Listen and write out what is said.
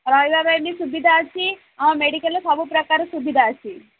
ରହିବା ପାଇଁ ବି ସୁବିଧା ଅଛି ଆମ ମେଡ଼ିକାଲ୍ରେ ସବୁପ୍ରକାର ସୁବିଧା ଅଛି